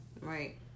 Right